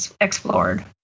explored